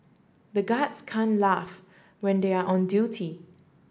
the guards can laugh when they are on duty